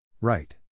Right